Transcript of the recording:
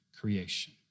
creation